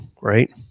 right